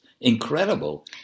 incredible